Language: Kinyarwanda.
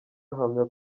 ahamya